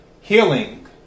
Healing